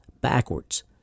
backwards